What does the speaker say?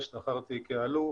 השתחררתי כאלוף,